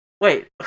Wait